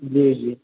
जी जी